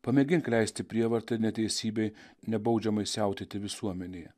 pamėgink leisti prievartai ir neteisybei nebaudžiamai siautėti visuomenėje